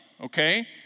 okay